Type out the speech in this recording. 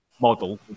model